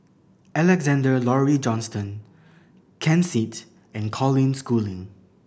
Alexander Laurie Johnston Ken Seet and Colin Schooling